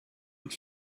and